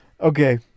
Okay